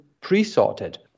pre-sorted